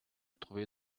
trouver